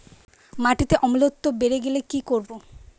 মাটিতে অম্লত্ব বেড়েগেলে কি করব?